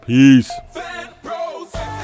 Peace